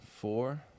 four